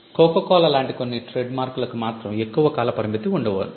cocoa Cola లాంటి కొన్ని trademark లకు మాత్రం ఎక్కువ కాల పరిమితి ఉండి ఉండవచ్చు